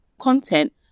content